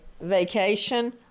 vacation